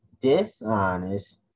dishonest